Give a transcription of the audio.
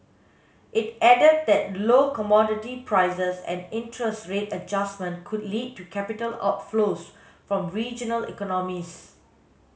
it added that low commodity prices and interest rate adjustment could lead to capital outflows from regional economies